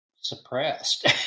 suppressed